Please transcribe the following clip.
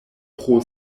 pro